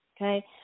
Okay